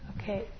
Okay